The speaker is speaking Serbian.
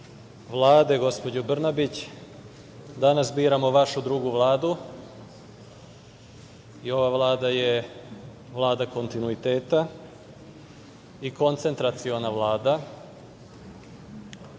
Vlade, gospođo Brnabić, danas biramo vašu drugu vladu. Ova Vlada je vlada kontinuiteta i koncentraciona Vlada,